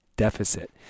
Deficit